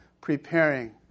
preparing